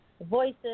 voices